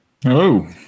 Hello